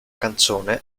canzone